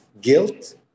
guilt